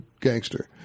gangster